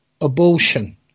abortion